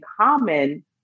common